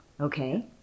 Okay